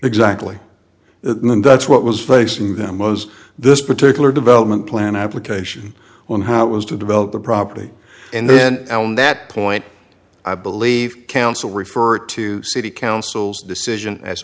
exactly then that's what was facing them was this particular development plan application on how it was to develop the property and then on that point i believe council referred to city council's decision as